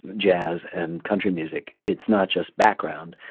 jazz and country music, it's not just background.